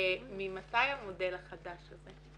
ממתי המודל החדש הזה?